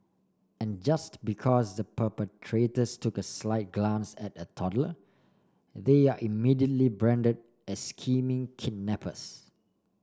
and just because the perpetrators took a slight glance at a toddler they are immediately branded as scheming kidnappers